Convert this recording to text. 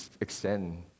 extend